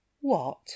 What